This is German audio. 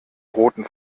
roten